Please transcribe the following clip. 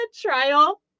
trial